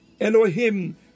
Elohim